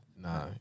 Nah